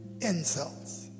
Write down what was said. insults